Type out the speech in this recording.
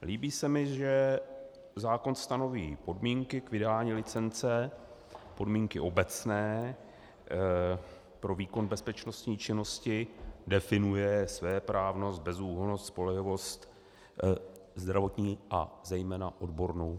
Líbí se mi, že zákon stanoví podmínky k vydání licence, podmínky obecné pro výkon bezpečnostní činnosti, definuje svéprávnost, bezúhonnost, spolehlivost, zdravotní a zejména odbornou způsobilost.